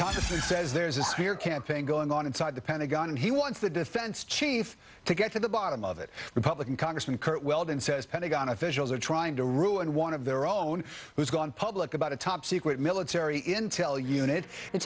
congressman says there's this fear campaign going on inside the pentagon and he wants the defense chief to get to the bottom of it republican congressman curt weldon says pentagon officials are trying to ruin one of their own who's gone public about a top secret military intel unit and